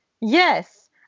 yes